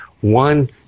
One